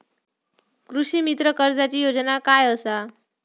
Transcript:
कृषीमित्र कर्जाची योजना काय असा?